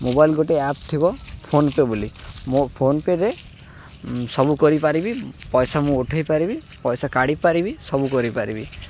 mobile ଗୋଟେ app ଥିବ PhonePe ବୋଲି ମୋ ଫୋନ୍ପେରେ ସବୁ କରିପାରିବି ପଇସା ମୁଁ ଉଠେଇ ପାରିବି ପଇସା କାଢ଼ିପାରିବି ସବୁ କରିପାରିବି